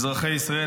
אזרחי ישראל,